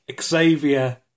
Xavier